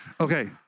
Okay